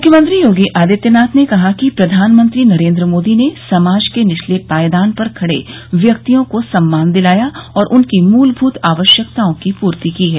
मुख्यमंत्री योगी आदित्यनाथ ने कहा कि प्रधानमंत्री नरेन्द्र मोदी ने समाज के निचले पायदान पर खड़े व्यक्तियों को सम्मान दिलाया और उनकी मूलभूत आवश्यकताओं की पूर्ति की है